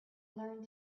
learn